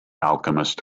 alchemist